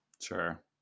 Sure